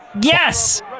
Yes